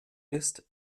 ist